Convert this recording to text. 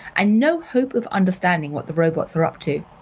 and no hope of understanding what the robots are up to.